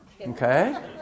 okay